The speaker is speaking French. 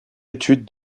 étude